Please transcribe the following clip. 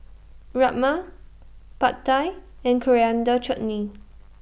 Rajma Pad Thai and Coriander Chutney